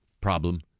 problem